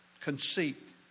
conceit